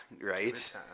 right